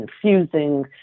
confusing